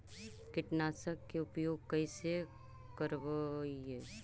कीटनाशक के उपयोग कैसे करबइ?